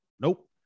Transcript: Nope